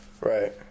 Right